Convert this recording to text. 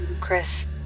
Chris